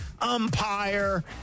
Umpire